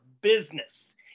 business